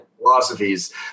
philosophies